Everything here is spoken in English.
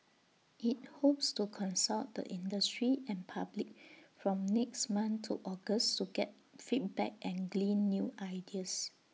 IT hopes to consult the industry and public from next month to August to get feedback and glean new ideas